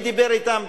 מי דיבר אתם?